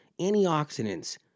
antioxidants